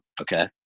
Okay